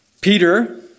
Peter